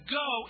go